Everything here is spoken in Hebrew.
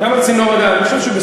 קו צינור הגז.